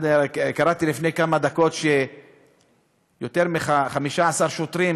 קראתי לפני כמה דקות שיותר מ-15 שוטרים